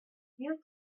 you